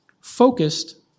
focused